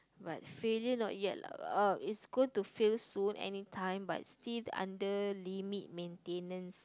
but failure not yet lah uh it's good to fail soon anytime but still under limit maintenance